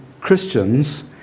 Christians